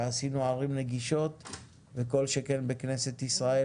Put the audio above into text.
ועשינו ערים נגישות וכל שכן בכנסת ישראל